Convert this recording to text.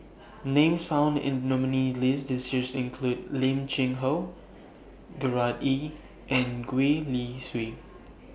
Names found in The nominees' list This Year include Lim Cheng Hoe Gerard Ee and Gwee Li Sui